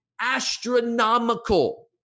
Astronomical